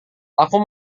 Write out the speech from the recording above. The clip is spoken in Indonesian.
aku